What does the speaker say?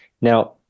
Now